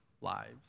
lives